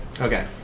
Okay